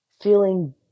feeling